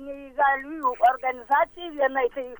neįgaliųjų organizacijai vienai tai